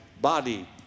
body